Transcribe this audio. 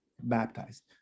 baptized